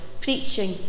preaching